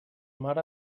mare